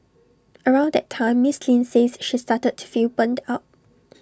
around that time miss Lin says she started to feel burnt out